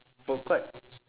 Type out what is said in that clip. food court